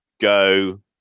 go